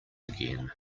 again